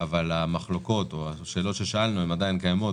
אבל השאלות ששאלנו והמחלוקות עדיין קיימות